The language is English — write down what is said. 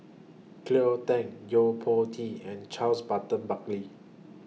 Cleo Thang Yo Po Tee and Charles Burton Buckley